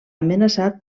amenaçat